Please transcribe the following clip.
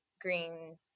green